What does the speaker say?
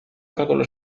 cálculos